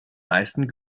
meisten